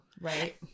right